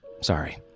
Sorry